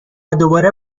دوباره